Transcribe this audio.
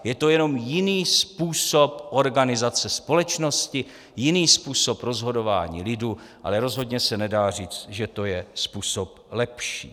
Je to jenom jiný způsob organizace společnosti, jiný způsob rozhodování lidu, ale rozhodně se nedá říct, že to je způsob lepší.